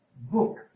book